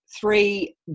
three